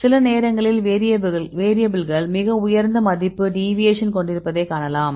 சில நேரங்களில் வேரியபில்கள் மிக உயர்ந்த மதிப்பு டீவீயேஷன் கொண்டிருப்பதை காணலாம்